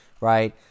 right